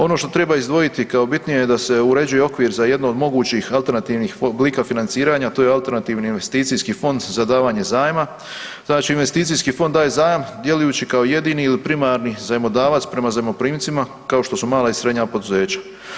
Ono što treba izdvojiti kao bitnije da se uređuje okvir za jedno od mogućih alternativnih oblika financiranja to je alternativni investicijski fond za davanje zajma, znači investicijski fond daje zajam djelujući kao jedini ili primarni zajmodavac prema zajmoprimcima kao što su mala i srednja poduzeća.